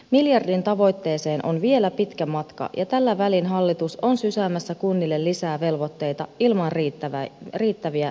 miljardin tavoitteeseen on vielä pitkä matka ja tällä välin hallitus on sysäämässä kunnille lisää velvoitteita ilman riittäviä määrärahoja